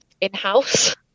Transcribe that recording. in-house